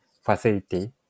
facility